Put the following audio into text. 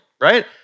right